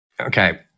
Okay